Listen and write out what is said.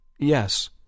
Yes